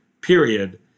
period